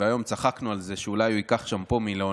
והיום צחקנו על זה שאולי הוא ייקח שמפו מלאונרדו,